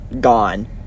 gone